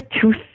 two